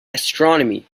astronomy